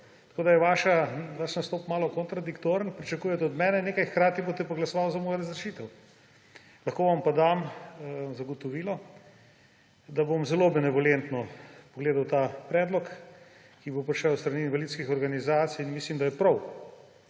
Tako da je vaš nastop malo kontradiktoren – od mene nekaj pričakujete, hkrati boste pa glasovali za mojo razrešitev. Lahko vam pa dam zagotovilo, da bom zelo benevolentno pogledal ta predlog, ki bo prišel s strani invalidskih organizacij, in mislim, da je prav,